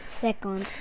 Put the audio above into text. second